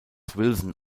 wilson